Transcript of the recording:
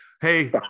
hey